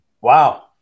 Wow